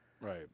Right